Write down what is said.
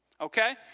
okay